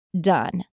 Done